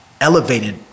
elevated